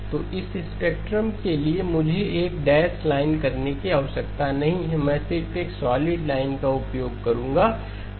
तो इस स्पेक्ट्रम के लिए मुझे एक डेस लाइन करने की आवश्यकता नहीं है मैं सिर्फ एक सॉलिड लाइनका उपयोग करूंगा 2π